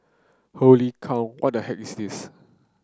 holy cow what the heck is this